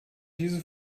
diese